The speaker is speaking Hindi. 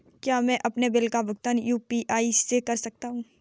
क्या मैं अपने बिल का भुगतान यू.पी.आई से कर सकता हूँ?